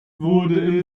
wurde